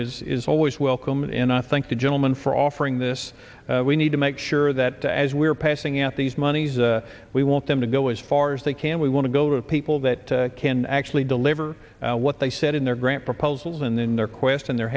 program is always welcome and i thank the gentleman for offering this we need to make sure that as we are passing out these monies and we want them to go as far as they can we want to go to people that can actually deliver what they said in their grant proposals and then their question their